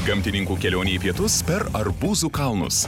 gamtininkų kelionė į pietus per arbūzų kalnus